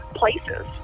places